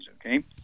okay